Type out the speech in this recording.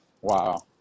Wow